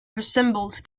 resembles